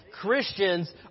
Christians